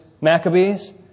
Maccabees